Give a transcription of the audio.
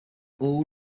all